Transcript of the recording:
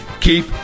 keep